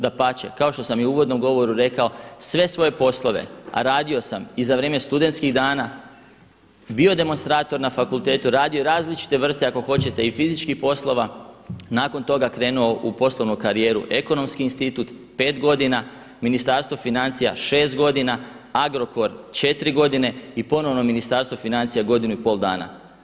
Dapače, kao što sam i u uvodnom govoru rekao, sve svoje poslove a radio sam i za vrijeme studentskih dana, bio demonstrator na fakultetu, radio različite vrste, ako hoćete i fizičkih poslova, nakon toga krenuo u poslovnu karijeru Ekonomski institut 5 godina, Ministarstvo financija 6 godina, Agrokor 4 godine i ponovno Ministarstvo financija godinu i pol dana.